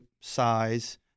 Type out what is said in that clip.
size